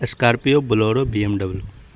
scorpio bolero BMW